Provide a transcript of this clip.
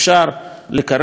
לקרר את מה שאפשר,